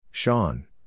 Sean